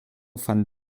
van